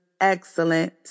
excellent